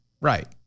Right